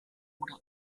oder